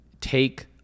take